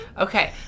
Okay